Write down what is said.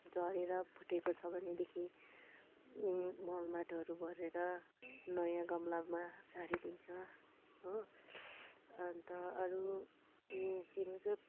झरेर फुटेको छ भनेदेखि मल माटोहरू भरेर नयाँ गमलामा सारिदिन्छ हो अन्त अरू के भन्छ